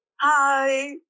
Hi